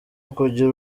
ukugira